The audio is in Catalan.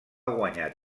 guanyar